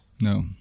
No